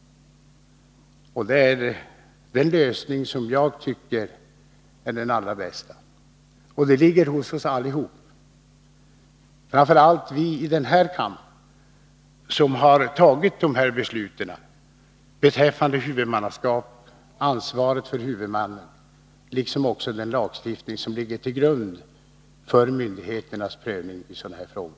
Det är den lösning som jag tycker är den allra bästa. Ansvaret ligger hos oss allihop, framför allt hos oss i denna kammare som har fattat besluten om huvudmannaskapet och huvudmannens ansvar liksom även om den lagstiftning som ligger till grund för myndigheternas prövning av sådana här frågor.